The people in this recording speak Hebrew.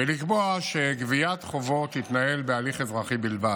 ולקבוע שגביית חובות תתנהל בהליך אזרחי בלבד.